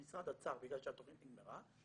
המשרד עצר בגלל שהתכנית נגמרה.